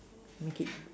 make it